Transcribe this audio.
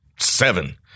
seven